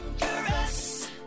Dangerous